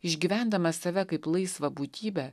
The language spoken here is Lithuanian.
išgyvendamas save kaip laisvą būtybę